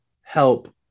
help